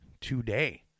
today